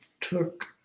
took